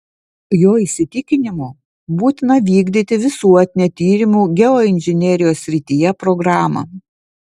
jo įsitikinimu būtina vykdyti visuotinę tyrimų geoinžinerijos srityje programą